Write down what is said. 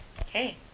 okay